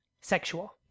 sexual